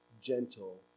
gentle